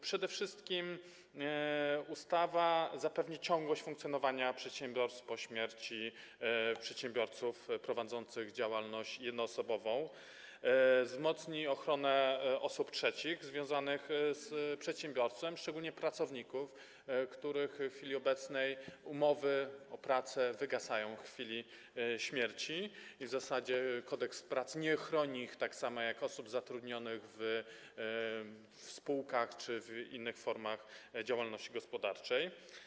Przede wszystkim ustawa zapewni ciągłość funkcjonowania przedsiębiorstw po śmierci przedsiębiorców prowadzących działalność jednoosobową, wzmocni ochronę osób trzecich związanych z przedsiębiorstwem, szczególnie pracowników, których umowy o pracę obecnie wygasają w chwili śmierci i w zasadzie Kodeks pracy nie chroni ich tak samo jak osób zatrudnionych w spółkach czy w innych formach działalności gospodarczej.